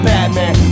Batman